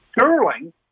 sterling